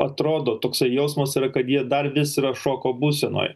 atrodo toksai jausmas yra kad jie dar vis yra šoko būsenoj